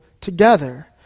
together